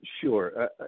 Sure